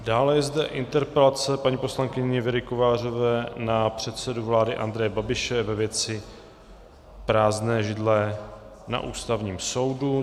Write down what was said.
Dále je zde interpelace paní poslankyně Věry Kovářové na předsedu vlády Andreje Babiše ve věci prázdné židle na Ústavním soudu.